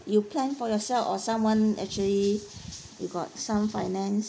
you plan for yourself or someone actually you got some finance